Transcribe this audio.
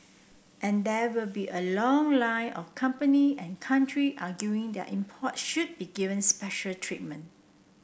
and there will be a long line of company and country arguing their imports should be given special treatment